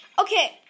Okay